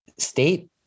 state